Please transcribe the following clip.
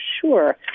sure